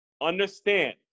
Understand